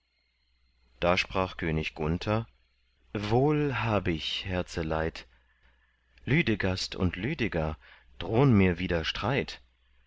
da sprach könig gunther wohl hab ich herzeleid lüdegast und lüdeger drohn mir wieder streit